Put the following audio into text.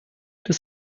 das